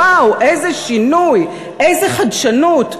וואו, איזה שינוי, איזו חדשנות.